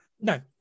No